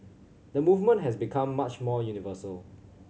the movement has become much more universal